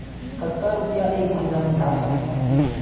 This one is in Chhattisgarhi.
कतका रुपिया एक महीना म निकाल सकथव?